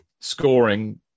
scoring